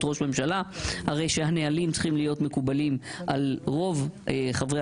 ראש ממשלה הרי שהנהלים צריכים להיות מקובלים על רוב חברי